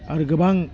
आरो गोबां